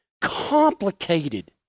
complicated